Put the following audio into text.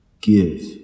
Give